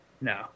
No